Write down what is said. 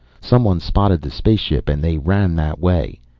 someone spotted the spaceship and they ran that way.